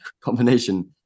combination